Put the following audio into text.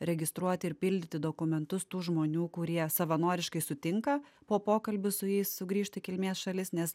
registruoti ir pildyti dokumentus tų žmonių kurie savanoriškai sutinka po pokalbio su jais sugrįžti į kilmės šalis nes